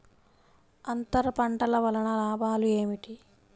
అంతర పంటల వలన లాభాలు ఏమిటి?